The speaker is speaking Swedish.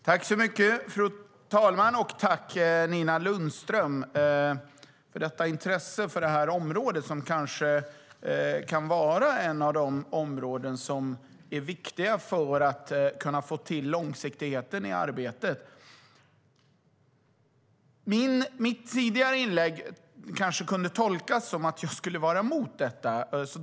Fru talman! Tack, Nina Lundström, för ditt intresse för detta område! Det är ett område som är viktigt för att vi ska få en långsiktighet i arbetet. Mitt tidigare inlägg skulle kanske kunna tolkas som att jag skulle vara emot detta.